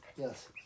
Yes